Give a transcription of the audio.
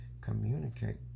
communicate